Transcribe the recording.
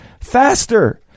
faster